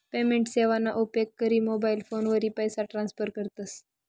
payment सेवाना उपेग करी मोबाईल फोनवरी पैसा ट्रान्स्फर करतस